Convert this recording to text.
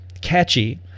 catchy